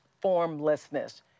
formlessness